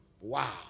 Wow